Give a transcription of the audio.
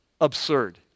absurd